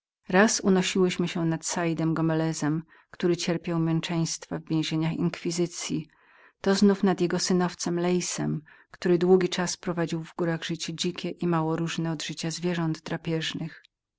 raz unosiłyśmy się nad saidem gomelezem który cierpiał męczeństwa w więzieniach inkwizycyi to znowu nad jego synowcem leissem który długi czas prowadził w górach życie dzikie i mało różne od zwierząt drapieżnych